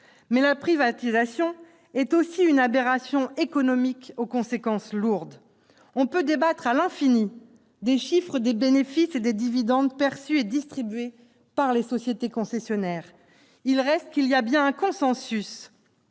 La privatisation est aussi une aberration économique aux conséquences lourdes. On peut débattre à l'infini des chiffres des bénéfices et des dividendes perçus et distribués par les sociétés concessionnaires. Il reste qu'il y a bien un consensus